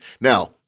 now